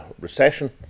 recession